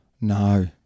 No